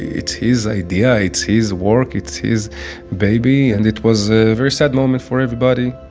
yeah it's his idea, it's his work, it's his baby. and it was a very sad moment for everybody.